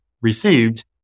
received